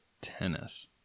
tennis